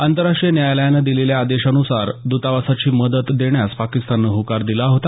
आंतरराष्टीय न्यायालयानं दिलेल्या आदेशानुसार दतावासाची मदत देण्यास पाकिस्ताननं होकार दिला होता